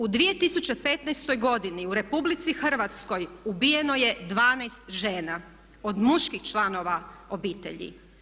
U 2015. godini u RH ubijeno je 12 žena od muških članova obitelji.